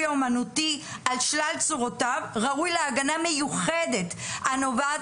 האמנותי על שלל צורותיו ראוי להגנה מיוחדת הנובעת